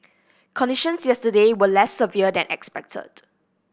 conditions yesterday were less severe than expected